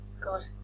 god